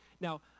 Now